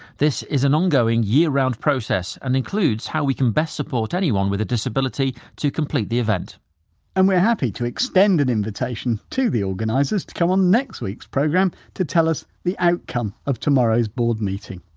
this is an ongoing year-round year-round process and includes how we can best support anyone with a disability to complete the event and we're happy to extend an invitation to the organisers to come on next week's programme to tell us the outcome of tomorrow's board meeting